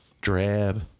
drab